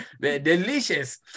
delicious